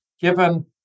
given